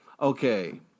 okay